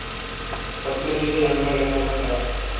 పత్తిని తీసే యంత్రాలు ఏమైనా ఉన్నయా?